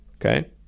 okay